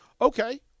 okay